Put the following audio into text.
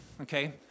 Okay